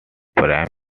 prime